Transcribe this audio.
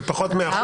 זה פחות מ-1%.